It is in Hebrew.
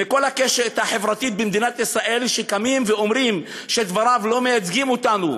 מכל הקשת החברתית במדינת ישראל שקמים ואומרים: דבריו לא מייצגים אותנו.